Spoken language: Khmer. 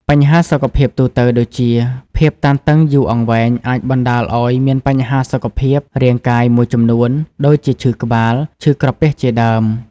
បញ្ហាសុខភាពទូទៅដូចជាភាពតានតឹងយូរអង្វែងអាចបណ្តាលឲ្យមានបញ្ហាសុខភាពរាងកាយមួយចំនួន ដូចជាឈឺក្បាល ឈឺក្រពះជាដើម ។